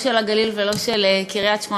לא של הגליל ולא של קריית-שמונה,